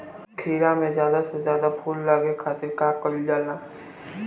खीरा मे ज्यादा से ज्यादा फूल लगे खातीर का कईल जाला?